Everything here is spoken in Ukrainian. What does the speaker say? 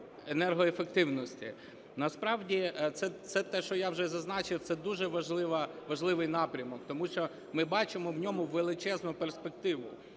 енергоефективності. Насправді це те, що я вже зазначив, це дуже важливий напрямок, тому що ми бачимо в ньому величезну перспективу.